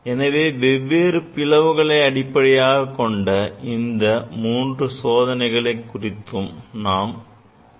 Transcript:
எனவே வெவ்வேறு பிளவுகளை அடிப்படையாகக் கொண்ட இந்த மூன்று சோதனைகள் குறித்தும் நாம் விளக்கமாகப் பார்க்கப் போகிறோம்